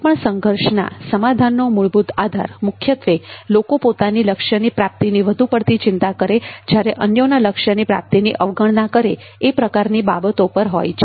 કોઈ પણ સંઘર્ષના સમાધાનનો મૂળભૂત આધાર મુખ્યત્વે લોકો પોતાના લક્ષ્યની પ્રાપ્તિ વધુ પડતી ચિંતા કરે જ્યારે અન્યોના લક્ષ્યની પ્રાપ્તિની અવગણના કરે એ પ્રકારની બાબતો પર હોય છે